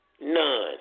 None